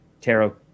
tarot